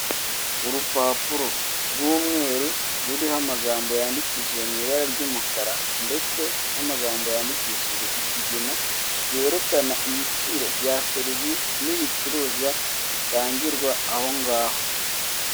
Urupapuro rw'umweru ruriho amagambo yandikishije mu ibara ry'umukara ndetse n'amagambo yandikishije ikigina, rwerekana ibiciro bya serivisi n'ibicuruzwa, bitangirwa aho ngaho.